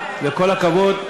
וכל הכבוד,